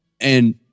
And-